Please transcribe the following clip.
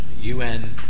UN